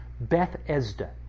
Bethesda